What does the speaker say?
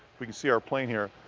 we can see our plane here,